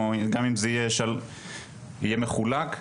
גם אם זה יהיה מחולק,